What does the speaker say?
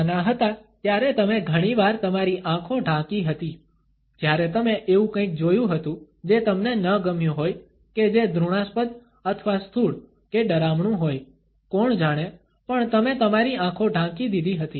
નાના હતા ત્યારે તમે ઘણીવાર તમારી આંખો ઢાંકી હતી જ્યારે તમે એવું કંઈક જોયું હતું જે તમને ન ગમ્યું હોય કે જે ઘૃણાસ્પદ અથવા સ્થૂળ કે ડરામણું હોય કોણ જાણે પણ તમે તમારી આંખો ઢાંકી દીધી હતી